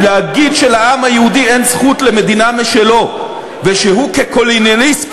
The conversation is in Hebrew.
להגיד שלעם היהודי אין זכות למדינה משלו ושהוא כקולוניאליסט,